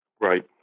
right